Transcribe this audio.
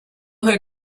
her